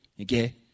Okay